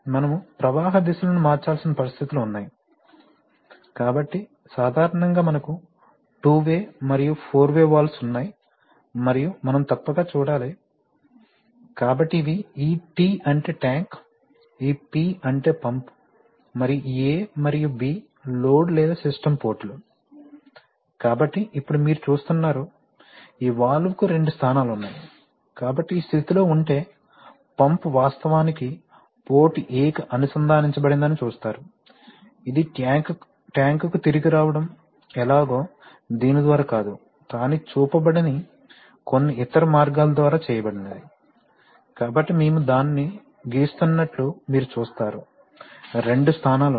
మనము ప్రవాహ దిశలను మార్చాల్సిన పరిస్థితులు ఉన్నాయి కాబట్టి సాధారణంగా మనకు టు వే మరియు ఫోర్ వే వాల్వ్స్ ఉన్నాయి మరియు మనం తప్పక చూడాలి కాబట్టి ఇవి ఈ T అంటే ట్యాంక్ ఈ P అంటే పంపు మరియు ఈ A మరియు B లోడ్ లేదా సిస్టమ్ పోర్టులు కాబట్టి ఇప్పుడు మీరు చూస్తున్నారు ఈ వాల్వ్కు రెండు స్థానాలు ఉన్నాయి కాబట్టి ఈ స్థితిలో ఉంటే పంప్ వాస్తవానికి పోర్ట్ A కి అనుసంధానించబడిందని చూస్తారు ఇది ట్యాంక్కు తిరిగి రావడం ఎలాగో దీని ద్వారా కాదు కానీ చూపబడని కొన్ని ఇతర మార్గాల ద్వారా చేయబడినది కాబట్టి మేము దానిని గీస్తున్నట్లు మీరు చూస్తారు రెండు స్థానాలు ఉన్నాయి